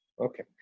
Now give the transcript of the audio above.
Okay